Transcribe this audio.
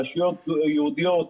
רשויות ייעודיות,